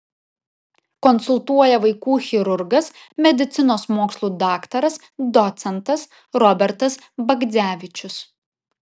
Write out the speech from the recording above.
konsultuoja vaikų chirurgas medicinos mokslų daktaras docentas robertas bagdzevičius